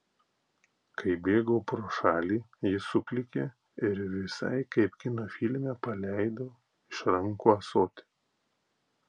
kai bėgau pro šalį ji suklykė ir visai kaip kino filme paleido iš rankų ąsotį